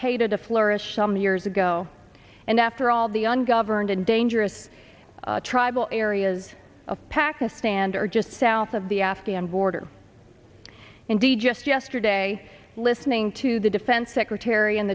qaeda to flourish some years ago and after all the ungoverned and dangerous tribal areas of pakistan are just south of the afghan border indeed just yesterday listening to the defense secretary and